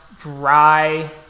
dry